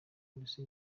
polisi